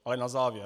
Ale na závěr.